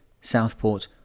Southport